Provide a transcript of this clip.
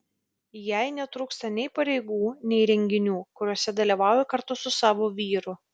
jai netrūksta nei pareigų nei renginių kuriuose dalyvauja kartu su savo vyru